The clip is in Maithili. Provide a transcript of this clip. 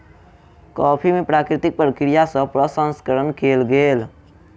कॉफ़ी के प्राकृतिक प्रक्रिया सँ प्रसंस्करण कयल गेल